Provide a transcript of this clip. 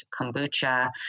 kombucha